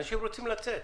אנשים רוצים לצאת.